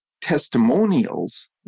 testimonials